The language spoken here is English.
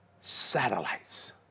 Satellites